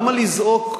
למה לזעוק